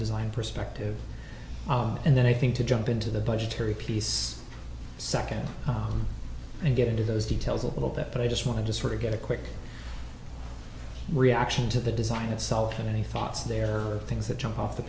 design perspective and then i think to jump into the budgetary piece second and get into those details a little bit but i just wanted to sort of get a quick reaction to the design itself and any thoughts there are things that jump off the